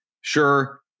sure